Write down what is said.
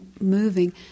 moving